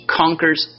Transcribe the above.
conquers